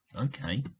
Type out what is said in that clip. Okay